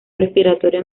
respiratorio